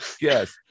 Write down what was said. Yes